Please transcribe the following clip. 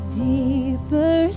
deeper